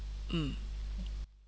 (m)